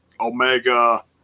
Omega